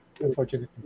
unfortunately